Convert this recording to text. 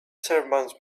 servants